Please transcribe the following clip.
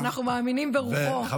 ואנחנו מאמינים ברוחו של האדם.